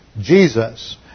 Jesus